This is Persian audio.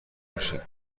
میشه